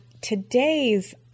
today's